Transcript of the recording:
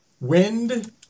wind